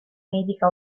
medica